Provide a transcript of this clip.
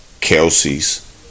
Kelsey's